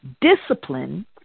Discipline